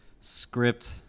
script